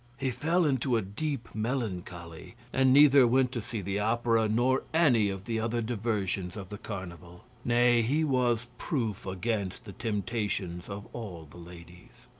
he fell into a deep melancholy, and neither went to see the opera, nor any of the other diversions of the carnival nay, he was proof against the temptations of all the ladies.